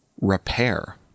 Repair